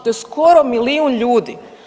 To je skoro milijun ljudi.